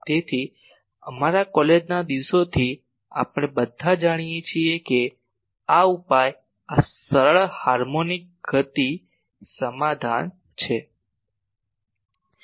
તેથી અમારા કોલેજના દિવસોથી આપણે બધા જાણીએ છીએ કે આ ઉપાય આ સરળ હાર્મોનિક ગતિ સમાધાન છે